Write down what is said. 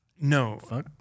No